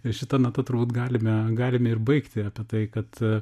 ir šita nata turbūt galime galime ir baigti apie tai kad